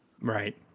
Right